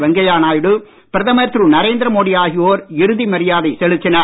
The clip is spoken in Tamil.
வெங்கையா நாயுடு பிரதமர் திரு நரேந்திரமோடி இறுதி மரியாதை செலுத்தினர்